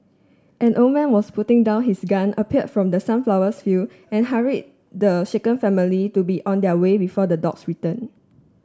an old man was putting down his gun appeared from the sunflower field and hurried the shaken family to be on their way before the dogs return